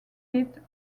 pit